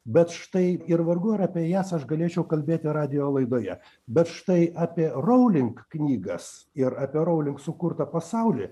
bet štai ir vargu ar apie jas aš galėčiau kalbėti radijo laidoje bet štai apie rowling knygas ir apie rowling sukurtą pasaulį